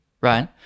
right